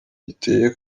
giteye